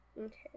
Okay